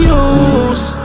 use